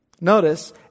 notice